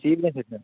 CBSE sir